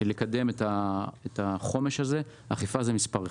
לקדם את החומש הזה, אכיפה זה מספר אחד.